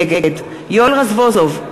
נגד יואל רזבוזוב,